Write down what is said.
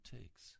takes